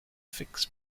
fix